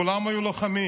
כולם היו לוחמים.